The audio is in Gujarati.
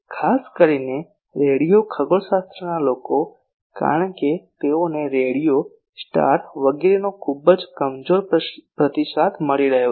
ખાસ કરીને રેડિયો ખગોળશાસ્ત્રના લોકો કારણ કે તેઓને રેડિયો સ્ટાર વગેરેનો ખૂબ જ કમજોર પ્રતિસાદ મળી રહ્યો છે